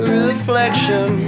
reflection